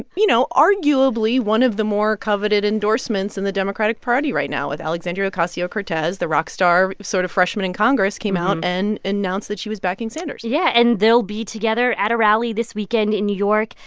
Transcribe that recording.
you, know arguably one of the more coveted endorsements in the democratic party right now, with alexandria ocasio-cortez, the rock star sort of freshman in congress, came out and announced that she was backing sanders yeah. and they'll be together at a rally this weekend in new york.